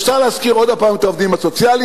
אפשר להזכיר עוד הפעם את העובדים הסוציאליים,